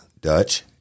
Dutch